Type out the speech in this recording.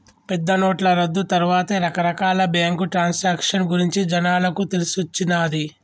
పెద్దనోట్ల రద్దు తర్వాతే రకరకాల బ్యేంకు ట్రాన్సాక్షన్ గురించి జనాలకు తెలిసొచ్చిన్నాది